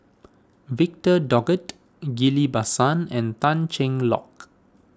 Victor Doggett Ghillie Basan and Tan Cheng Lock